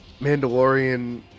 Mandalorian